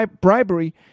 bribery